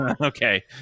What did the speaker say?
Okay